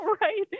right